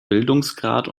bildungsgrad